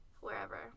wherever